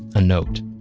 a note